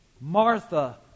Martha